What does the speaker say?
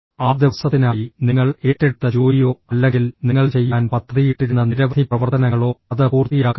ആ ദിവസത്തിനായി നിങ്ങൾ ഏറ്റെടുത്ത ജോലിയോ അല്ലെങ്കിൽ നിങ്ങൾ ചെയ്യാൻ പദ്ധതിയിട്ടിരുന്ന നിരവധി പ്രവർത്തനങ്ങളോ അത് പൂർത്തിയാക്കുക